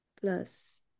plus